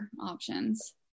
Options